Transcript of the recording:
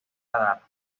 radar